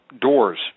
doors